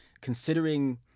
Considering